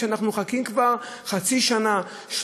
אנחנו מחכים כבר חצי שנה,